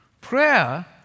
prayer